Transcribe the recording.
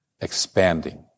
Expanding